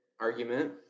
argument